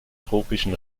tropischen